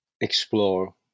explore